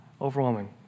Overwhelming